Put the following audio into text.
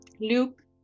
Luke